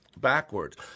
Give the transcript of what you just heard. backwards